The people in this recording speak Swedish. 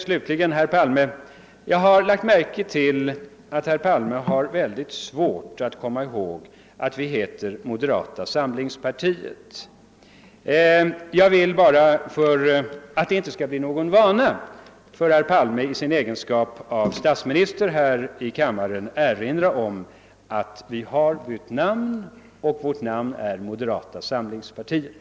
Slutligen har jag lagt märke till att herr Palme har mycket svårt att komma ihåg att vårt parti heter moderata samlingspartiet. För att det inte skall bli någon vana för herr Palme i hans egenskap av statsminister att använda andra beteckningar vill jag erinra om att vårt parti bytt namn och heter moderata samlingspartiet.